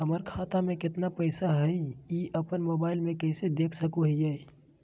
हमर खाता में केतना पैसा हई, ई अपन मोबाईल में कैसे देख सके हियई?